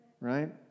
right